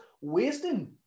wasting